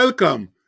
Welcome